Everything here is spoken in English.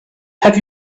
have